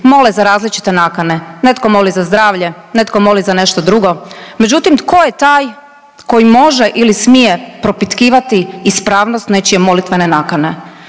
mole za različite nakane. Netko moli za zdravlje, netko moli za nešto drugo međutim tko je taj koji može ili smije propitkivati ispravnost nečije molitvene nakane.